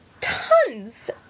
tons